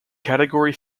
category